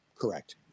correct